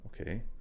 Okay